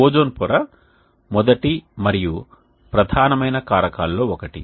ozone పొర మొదటి మరియు ప్రధానమైన కారకాల్లో ఒకటి